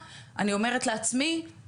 הרי הקרן תנוהל מכספי העובדים האלה.